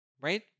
right